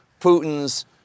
Putin's